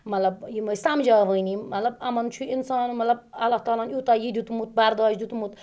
مَطلَب یِم ٲسۍ سَمجاوٕنی مَطلَب یِمَن چھُ اِنسان مَطلَب اَللّہ تعالٰہَن یوٗتاہ یہِ دِیُتمُت بَرداش دِیُتمُت